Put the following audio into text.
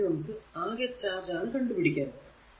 ഇനി നമുക്ക് അകെ ചാർജ് ആണ് കണ്ടു പിടിക്കേണ്ടത്